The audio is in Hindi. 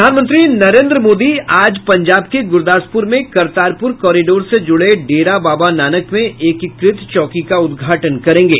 प्रधानमंत्री नरेन्द्र मोदी आज पंजाब के गुरदासपुर में करतारपुर कॉरिडोर से जुड़े डेरा बाबा नानक में एकीकृत चौकी का उद्घाटन करेंगे